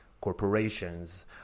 corporations